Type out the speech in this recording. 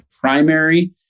primary